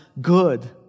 good